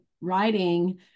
writing